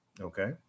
Okay